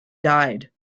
died